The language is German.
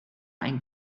einen